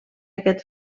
aquest